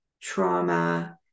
trauma